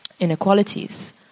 Inequalities